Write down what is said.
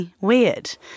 weird